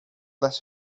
this